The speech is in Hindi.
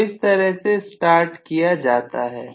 तो इस तरह से स्टार्ट किया जाता है